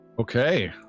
Okay